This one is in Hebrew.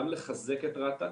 גם לחזק את רת"א.